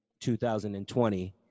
2020